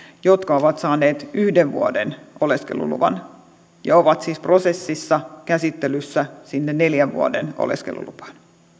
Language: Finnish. jotka ovat saaneet yhden vuoden oleskeluluvan ja ovat siis prosessissa käsittelyssä sinne neljän vuoden oleskelulupaan